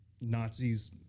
Nazis